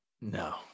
no